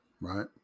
right